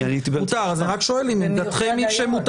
אבל אני הייתי באמצע --- אז אני רק שואל אם עמדתכם היא שמותר?